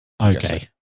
Okay